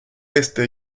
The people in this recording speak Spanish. este